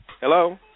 Hello